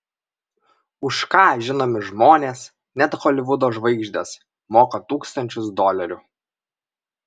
už ką žinomi žmonės net holivudo žvaigždės moka tūkstančius dolerių